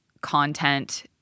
content